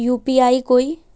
UPI कोई